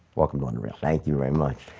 welcome going real thank you very much.